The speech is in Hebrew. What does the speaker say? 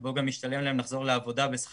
שבו גם משתלם להם לחזור לעבודה בשכר